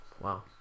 Wow